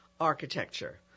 architecture